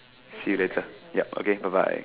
see you later yep okay bye bye